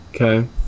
Okay